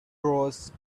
rose